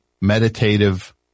meditative